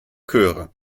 chöre